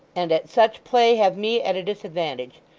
and at such play have me at a disadvantage.